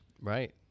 Right